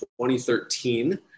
2013